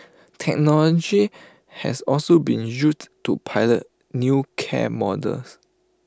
technology has also been used to pilot new care models